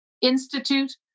institute